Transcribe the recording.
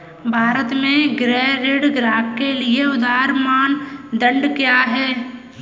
भारत में गृह ऋण ग्राहकों के लिए उधार मानदंड क्या है?